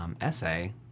essay